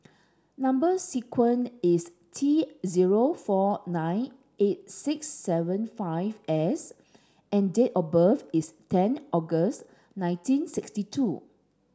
number sequence is T zero four nine eight six seven five S and date of birth is ten August nineteen sixty two